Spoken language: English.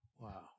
Wow